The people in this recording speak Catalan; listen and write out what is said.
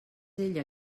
ella